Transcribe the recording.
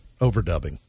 overdubbing